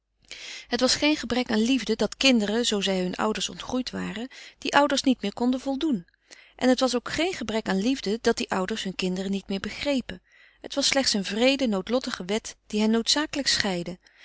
het was geen gebrek aan liefde dat kinderen zoo zij hunne ouders ontgroeid waren die ouders niet meer konden voldoen en het was ook geen gebrek aan liefde dat die ouders hunne kinderen niet meer begrepen het was slechts een wreede noodlottige wet die hen noodzakelijk scheidde